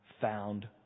found